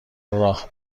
راه